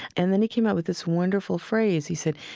and then he came out with this wonderful phrase. he said,